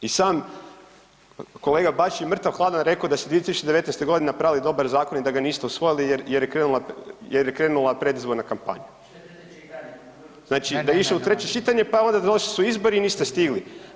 I sam kolega Bačić je mrtav-hladan rekao da su 2019. godine napravili dobar zakon i da ga niste usvojili jer je krenula predizborna kampanja. … [[Upadica se ne razumije, govornik govori iz klupe.]] Znači da je išao u treće čitanje, pa onda došli su izbori i niste stigli.